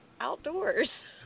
outdoors